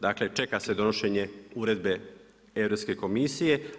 Dakle, čeka se donošenje uredbe Europske komisije.